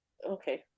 okay